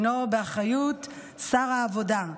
הוא באחריות שר העבודה.